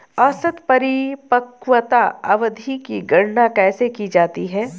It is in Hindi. औसत परिपक्वता अवधि की गणना कैसे की जाती है?